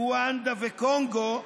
רואנדה וקונגו,